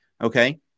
okay